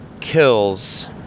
kills